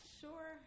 sure